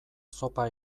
zopa